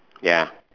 ya